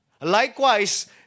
Likewise